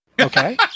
Okay